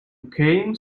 came